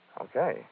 Okay